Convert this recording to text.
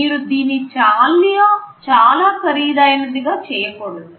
మీరు దీన్ని చాలా ఖరీదైనదిగా చేయకూడదు